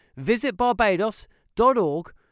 visitbarbados.org